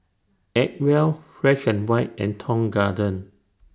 Acwell Fresh and White and Tong Garden